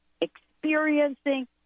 experiencing